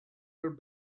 their